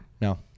No